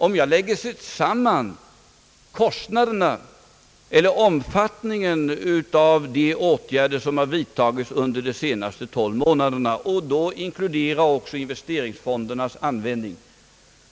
Om jag lägger samman kostnaderna för de åtgärder som har vidtagits under de senaste 12 månaderna och då inkluderar också investeringsfondernas användning